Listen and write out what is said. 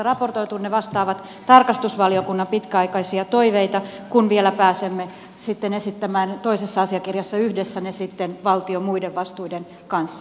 ne vastaavat tarkastusvaliokunnan pitkäaikaisia toiveita kun vielä pääsemme esittämään toisessa asiakirjassa ne sitten yhdessä valtion muiden vastuiden kanssa